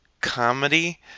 comedy